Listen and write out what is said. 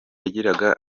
yagiraga